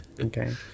Okay